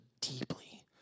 deeply